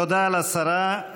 תודה לשרה.